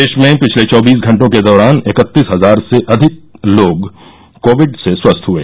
देश में पिछले चौबीस घटों के दौरान इकतीस हजार से अधिक लोग कोविड से स्वस्थ हुए